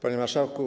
Panie Marszałku!